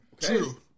True